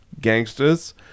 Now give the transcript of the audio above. gangsters